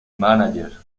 mánager